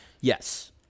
Yes